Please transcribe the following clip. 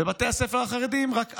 בבתי הספר החרדיים, רק ארבע,